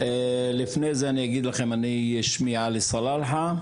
שמי עלי סלאלחה,